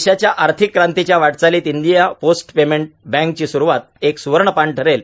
देशाच्या आर्थिक कांतीच्या वाटचालीत इंडिया पोस्ट पेमेंट बॅंक ची सुरवात एक सुवर्णपान ठरेल